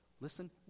Listen